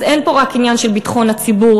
אז אין פה רק עניין של ביטחון הציבור,